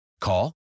Call